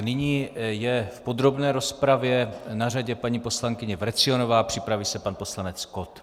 Nyní je v podrobné rozpravě na řadě paní poslankyně Vrecionová, připraví se pan poslanec Kott.